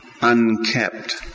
Unkept